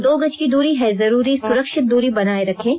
दो गज की दूरी है जरूरी सुरक्षित दूरी बनाए रखें